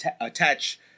attach